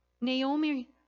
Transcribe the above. Naomi